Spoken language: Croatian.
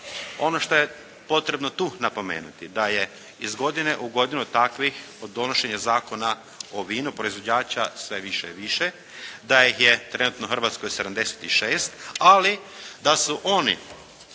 Ono što je potrebno tu napomenuti da je iz godine u godinu takvih od donošenja Zakona o vinu proizvođača sve više i više, da ih je trenutno u Hrvatskoj 76, ali da su oni